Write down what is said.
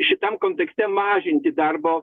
šitam kontekste mažinti darbo